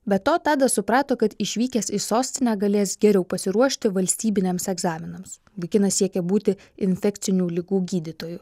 be to tadas suprato kad išvykęs į sostinę galės geriau pasiruošti valstybiniams egzaminams vaikinas siekia būti infekcinių ligų gydytoju